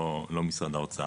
לא משרד האוצר.